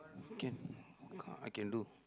can I got car I can do